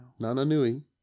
Nananui